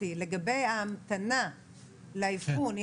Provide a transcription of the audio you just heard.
לגבי ההמתנה לאבחון.